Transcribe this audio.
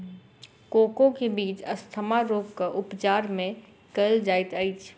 cocoa के बीज asthma रोगक उपचार मे कयल जाइत अछि